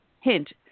hint